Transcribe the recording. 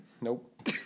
Nope